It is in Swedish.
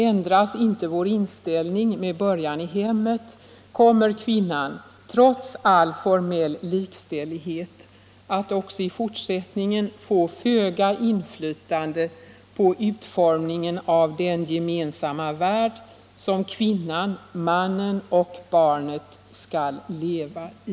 Ändras inte vår inställning, med början i hemmet, så kommer kvinnan trots all formell likställdhet att också i fortsättningen få föga inflytande på utformningen av den gemensamma värld som kvinnan, mannen och barnet skall leva i.